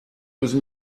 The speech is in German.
müssen